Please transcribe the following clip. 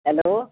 hello